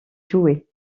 jouée